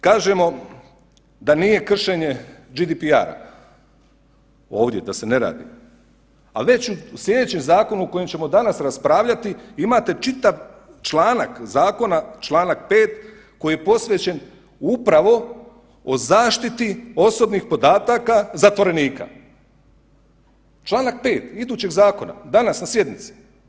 Kažemo da nije kršenje GDPR ovdje da ne rad, a već u sljedećem zakonu o kojem ćemo danas raspravljati imate čitav članak zakona čl. 5. koji je posvećen upravo o zaštiti osobnih podataka zatvorenika, čl. 5. idućeg zakona danas na sjednici.